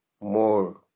more